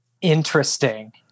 Interesting